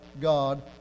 God